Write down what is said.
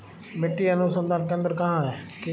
मिट्टी अनुसंधान केंद्र कहाँ है?